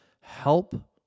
help